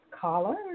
caller